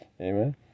Amen